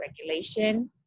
regulation